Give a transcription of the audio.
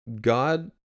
God